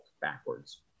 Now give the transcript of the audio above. backwards